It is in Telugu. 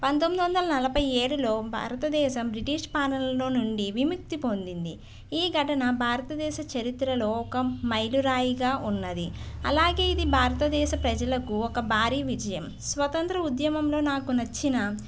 పంతొమ్దొందల నలభై ఏడులో భారతదేశం బ్రిటిష్ పాలనలో నుండి విముక్తి పొందింది ఈ ఘటన భారతదేశ చరిత్రలో ఒక మైలురాయిగా ఉన్నది అలాగే ఇది భారతదేశ ప్రజలకు ఒక భారీ విజయం స్వతంత్ర ఉద్యమంలో నాకు నచ్చిన